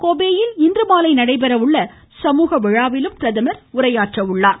Kobe யில் இன்றுமாலை நடைபெற உள்ள சமூக விழாவிலும் பிரதமர் உரையாற்ற உள்ளார்